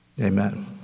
Amen